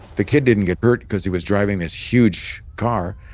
the kid didn't get hurt because he was driving this huge car.